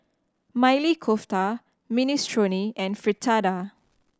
Maili Kofta Minestrone and Fritada